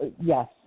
yes